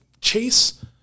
chase